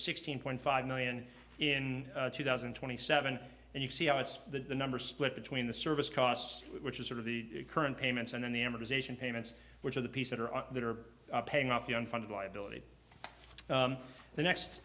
sixteen point five million in two thousand and twenty seven and you see how it's the number split between the service costs which is sort of the current payments and then the amortization payments which of the piece that are out that are paying off the unfunded liability the next